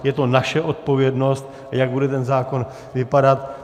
Je to naše odpovědnost, jak bude ten zákon vypadat.